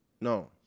No